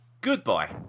Goodbye